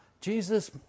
Jesus